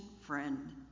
friend